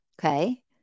Okay